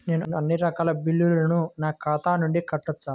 నేను అన్నీ రకాల బిల్లులను నా ఖాతా నుండి కట్టవచ్చా?